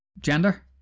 Gender